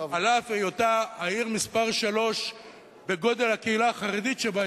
על אף היותה העיר מספר שלוש בגודל הקהילה החרדית שבה,